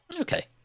Okay